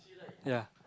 ya